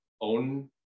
own